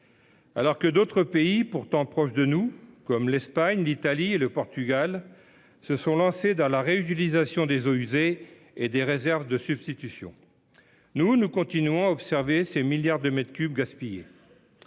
Alors que d'autres pays, pourtant proches de nous, comme l'Espagne, l'Italie ou le Portugal, se sont lancés dans la réutilisation des eaux usées et dans la construction de réserves de substitution, nous continuons, nous, à regarder ces milliards de mètres cubes être gaspillés